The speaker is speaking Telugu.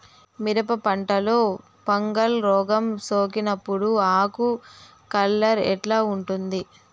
మిరప పంటలో ఫంగల్ రోగం సోకినప్పుడు ఆకు కలర్ ఎట్లా ఉంటుంది?